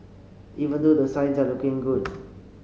even though the signs are looking good